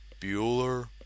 Bueller